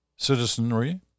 Citizenry